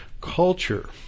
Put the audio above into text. culture